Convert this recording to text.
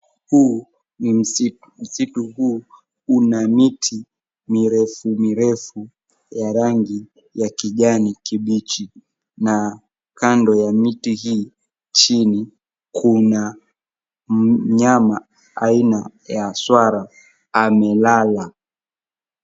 Huu ni msiti, msitu huu una miti mirefu mirefu ya rangi ya kijani kibichi na kando ya miti hii chini kuna mnyama ya aina ya swara amelala.